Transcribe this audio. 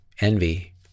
envy